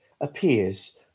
appears